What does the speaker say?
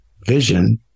vision